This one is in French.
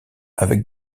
avec